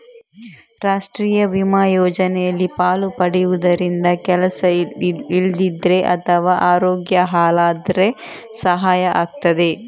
ರಾಷ್ಟೀಯ ವಿಮಾ ಯೋಜನೆಯಲ್ಲಿ ಪಾಲು ಪಡೆಯುದರಿಂದ ಕೆಲಸ ಇಲ್ದಿದ್ರೆ ಅಥವಾ ಅರೋಗ್ಯ ಹಾಳಾದ್ರೆ ಸಹಾಯ ಆಗ್ತದೆ